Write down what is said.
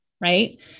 right